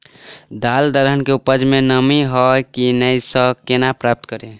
दालि दलहन केँ उपज मे नमी हय की नै सँ केना पत्ता कड़ी?